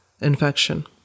infection